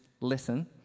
listen